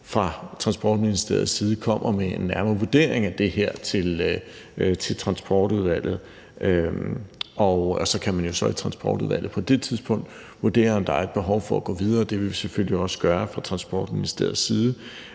fra Transportministeriets side kommer med en nærmere vurdering af det her til Transportudvalget. Så kan man jo så i Transportudvalget på det tidspunkt vurdere, om der er et behov for at gå videre. Det vil vi selvfølgelig også gøre fra Transportministeriets side.